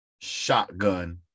shotgun